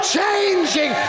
changing